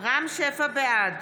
בעד